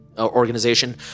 Organization